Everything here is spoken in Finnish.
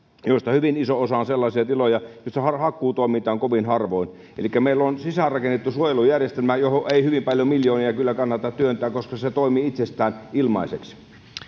joista hyvin iso osa on sellaisia tiloja joissa hakkuutoimintaa on kovin harvoin elikkä meillä on sisäänrakennettu suojelujärjestelmä johon ei hyvin paljon miljoonia kyllä kannata työntää koska se se toimii itsestään ilmaiseksi